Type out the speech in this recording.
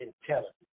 intelligence